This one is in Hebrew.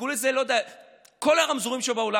תקראו לזה כל הרמזורים שבעולם,